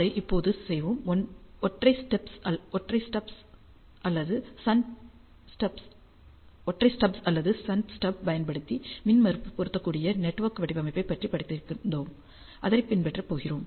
அதை இப்போது செய்வோம் ஒற்றை ஸ்டப்ஸ் அல்லது ஷன்ட் ஸ்டப்ஸைப் பயன்படுத்தி மின்மறுப்பு பொருந்தக்கூடிய நெட்வொர்க் வடிவமைப்பைப் பற்றி படித்திருந்தோம் அதைப் பின்பற்று போகிறோம்